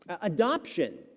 Adoption